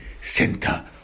center